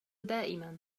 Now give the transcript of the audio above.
دائمًا